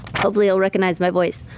hopefully he'll recognize my voice.